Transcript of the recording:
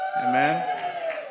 Amen